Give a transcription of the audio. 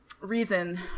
reason